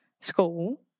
school